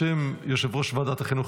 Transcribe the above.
בשם יושב-ראש ועדת החינוך,